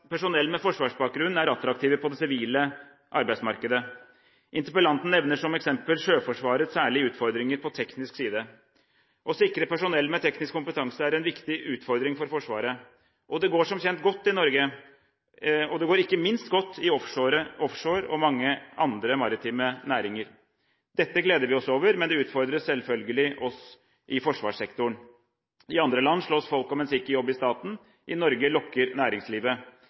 personell med forsvarsbakgrunn er attraktive på det sivile arbeidsmarkedet. Interpellanten nevner som eksempel Sjøforsvarets særlige utfordringer på teknisk side. Å sikre personell med teknisk kompetanse er en viktig utfordring for Forsvaret. Det går som kjent godt i Norge, og det går ikke minst godt i offshore og mange andre maritime næringer. Dette gleder vi oss over, men det utfordrer selvfølgelig oss i forsvarssektoren. I andre land slåss folk om en sikker jobb i staten – i Norge lokker næringslivet.